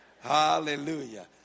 Hallelujah